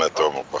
ah toma. but